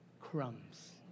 crumbs